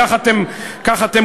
כך אתם הוקמתם,